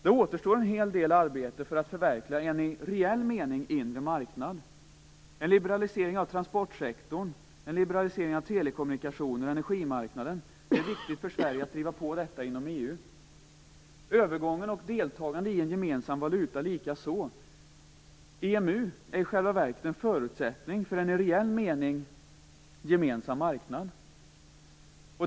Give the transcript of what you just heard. Det återstår en hel det arbete för att förverkliga en i reell mening inre marknad, t.ex. en liberalisering av transportsektorn, en liberalisering av telekommunikationerna och energimarknaden. Det är viktigt för Sverige att driva på detta inom EU. Det är också viktigt med övergången till och deltagandet i en gemensam valuta. EMU är i själva verket en förutsättning för en i reell mening gemensam marknad.